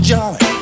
Johnny